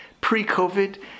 pre-COVID